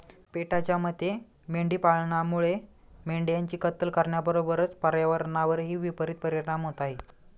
पेटाच्या मते मेंढी पालनामुळे मेंढ्यांची कत्तल करण्याबरोबरच पर्यावरणावरही विपरित परिणाम होत आहे